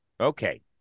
okay